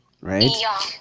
right